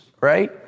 right